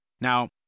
Now